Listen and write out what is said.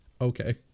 Okay